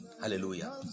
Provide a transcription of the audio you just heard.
Hallelujah